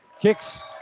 Kicks